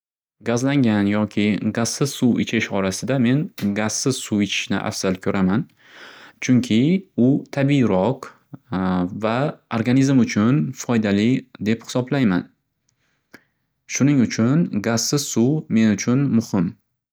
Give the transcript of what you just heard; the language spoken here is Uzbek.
Gazlangan yoki gazsiz suv ichish orasida men gazsiz suv ichishni afzal ko'raman. Chunki u tabiyroq va organizm uchun foydali deb hisoblayman. Shuning uchun gazsiz suv men uchun muxim.